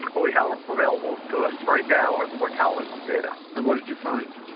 what we have available to us right now are the mortality data. and what did you find?